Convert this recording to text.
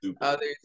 others